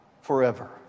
forever